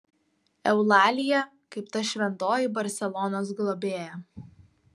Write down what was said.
eulalija kaip ta šventoji barselonos globėja